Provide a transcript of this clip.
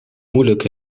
moeilijk